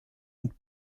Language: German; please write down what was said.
und